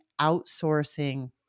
outsourcing